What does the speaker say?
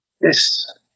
Yes